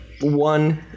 one